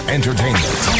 Entertainment